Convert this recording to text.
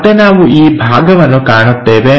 ಮತ್ತೆ ನಾವು ಈ ಭಾಗವನ್ನು ಕಾಣುತ್ತೇವೆ